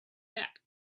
that